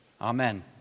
Amen